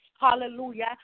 hallelujah